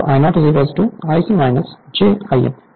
तो I0 Ic j Im